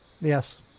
Yes